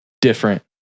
different